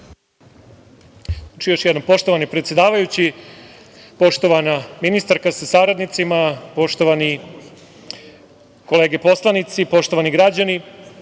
Bakarec** Poštovani predsedavajući, poštovana ministarka sa saradnicima, poštovane kolege poslanici, poštovani građani,